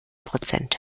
prozent